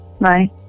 Bye